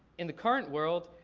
in the current world,